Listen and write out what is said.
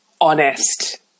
honest